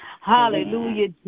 Hallelujah